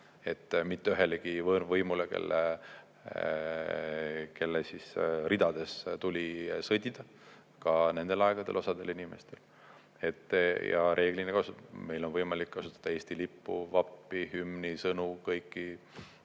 mitte ühelegi võõrvõimule, kelle ridades tuli sõdida nendel aegadel osal inimestel. Ja reeglina meil on võimalik kasutada Eesti lippu, vappi, hümni, sõnu,